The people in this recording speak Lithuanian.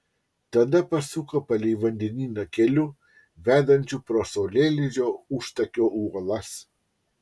tada pasuko palei vandenyną keliu vedančiu pro saulėlydžio užtakio uolas